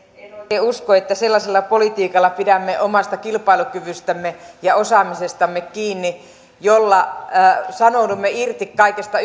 oikein usko että sellaisella politiikalla pidämme omasta kilpailukyvystämme ja osaamisestamme kiinni jolla sanoudumme irti kaikesta